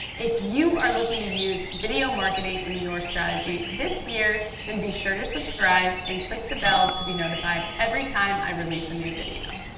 if you are looking to use video marketing in your strategy this year, then be sure to subscribe and click the bell to be notified every time i release a new video.